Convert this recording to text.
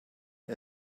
der